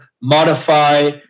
modify